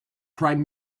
prime